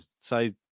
say